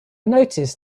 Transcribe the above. noticed